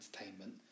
entertainment